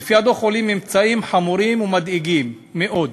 עולים ממצאים חמורים ומדאיגים מאוד,